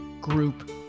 group